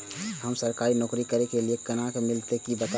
हम सरकारी नौकरी करै छी लोन केना मिलते कीछ बताबु?